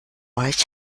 euch